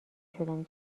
شدم